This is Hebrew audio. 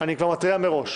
אני מודיע מראש.